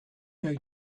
going